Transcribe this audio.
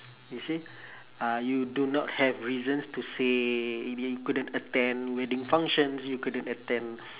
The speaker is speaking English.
you see uh you do not have reasons to say maybe you couldn't attend wedding functions you couldn't attend